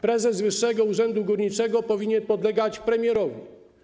Prezes Wyższego Urzędu Górniczego powinien podlegać premierowi.